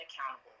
accountable